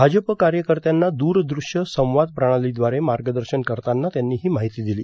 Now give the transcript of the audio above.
भाजप कार्यकत्यांना दूरदृष्य संवाद प्रणालीद्वारे मार्गदर्शन करताना त्यांनी ही माहिती दिली